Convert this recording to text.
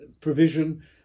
provision